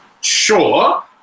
sure